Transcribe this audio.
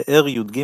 הבאר י"ג,